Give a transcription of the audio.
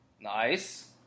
Nice